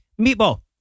Meatball